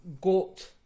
goat